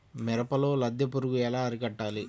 మిరపలో లద్దె పురుగు ఎలా అరికట్టాలి?